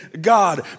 God